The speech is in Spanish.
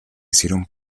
hicieron